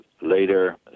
later